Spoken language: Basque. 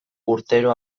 urtero